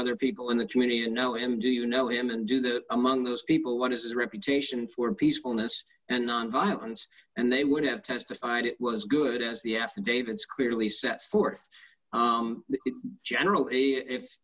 other people in the community you know him do you know him and do that among those people what is his reputation for peacefulness and nonviolence and they would have testified it was good as the affidavits clearly set forth generally if